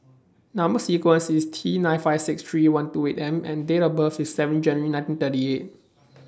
Number sequence IS T nine five six three one two eight M and Date of birth IS seven January nineteen thirty eight